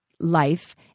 Life